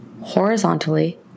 Horizontally